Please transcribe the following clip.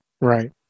Right